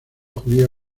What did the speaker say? judía